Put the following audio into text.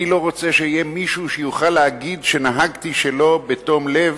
אני לא רוצה שיהיה מישהו שיוכל להגיד שנהגתי שלא בתום לב